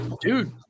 Dude